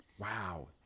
Wow